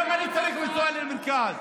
למה אני צריך לנסוע למרכז?